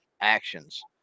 actions